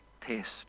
test